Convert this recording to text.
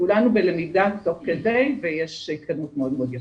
כולנו בלמידה תוך כדי ויש התקדמות מאוד מאוד יפה.